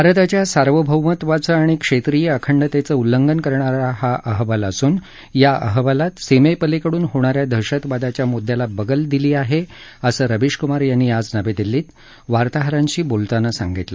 भारताच्या सार्वभौमत्वाचं आणि क्षेत्रीय अखंडतेचं उल्लंघन करणारा हा वाल असून या अहवालात सीमेपलीकडून होणाऱ्या दहशतवादाच्या मुद्द्याला बगल दिली आहे असं रवीश ार यांनी आज नवी दिल्लीत वार्ताहरांशी बोलताना सांगितलं